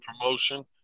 promotion